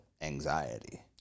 anxiety